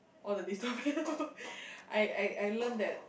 all the dytopian book I I I learn that